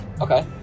Okay